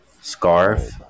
Scarf